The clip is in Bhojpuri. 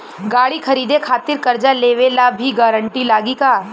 गाड़ी खरीदे खातिर कर्जा लेवे ला भी गारंटी लागी का?